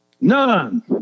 None